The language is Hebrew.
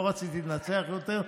לא רציתי לנצח יותר,